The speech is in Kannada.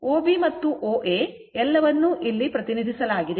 OB ಮತ್ತು OA ಎಲ್ಲವನ್ನೂ ಇಲ್ಲಿ ಪ್ರತಿನಿಧಿಸಲಾಗಿದೆ